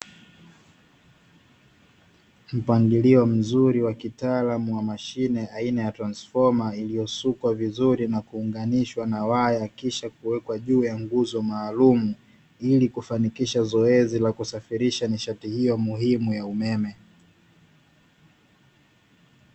Mpangilio mzuri wa kitaalamu wa mashine aina ya transfoma, iliyosukwa vizuri na kuunganishwa na waya kisha kuwekwa juu ya nguzo maalumu, ili kufanikisha zoezi la kusafirisha nishati hiyo muhimu ya umeme.